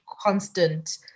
constant